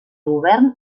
govern